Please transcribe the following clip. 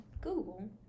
Google